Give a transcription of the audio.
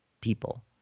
people